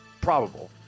probable